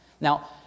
Now